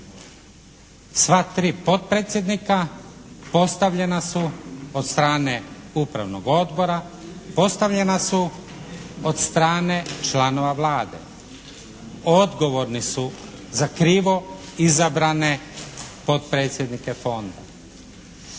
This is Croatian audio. Sva tri potpredsjednika postavljena su od strane Upravnog odbora, postavljena su od strane članova Vlade. Odgovorni su za krivo izabrane potpredsjednike Fonda.